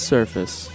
Surface